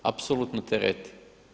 Apsolutno tereti.